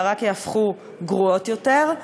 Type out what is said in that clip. אלא הן רק יהפכו גרועות יותר.